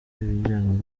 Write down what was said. ibijyanye